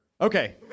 Okay